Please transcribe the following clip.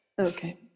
okay